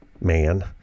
man